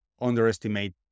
underestimate